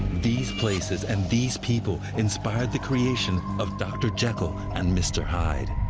these places and these people inspired the creation of dr. jekyll and mr. hyde.